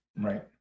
Right